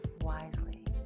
wisely